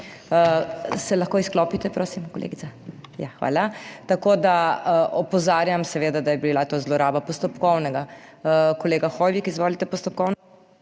Se lahko izklopite prosim kolegica? Ja, hvala. Tako, da opozarjam seveda, da je bila to zloraba postopkovnega. Kolega Hoivik, izvolite, postopkovno.